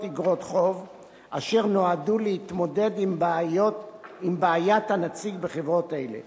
איגרות חוב אשר נועדו להתמודד עם בעיית הנציג בחברות אלה.